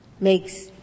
makes